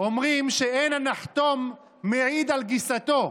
אומרים שאין הנחתום מעיד על גיסתו,